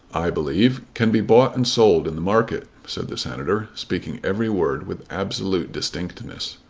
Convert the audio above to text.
i believe, can be bought and sold in the market, said the senator, speaking every word with absolute distinctness.